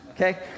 okay